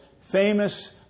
famous